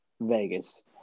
Vegas